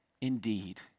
Indeed